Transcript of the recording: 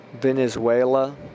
Venezuela